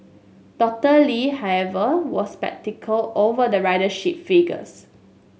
Doctor Lee however was sceptical over the ridership figures